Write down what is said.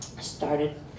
started